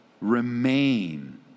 Remain